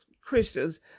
Christians